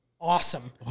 awesome